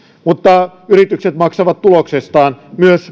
mutta yritykset maksavat tuloksestaan myös